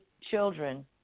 children